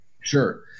Sure